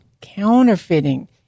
counterfeiting